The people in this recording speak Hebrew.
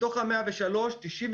מתוך ה-103 מיליון,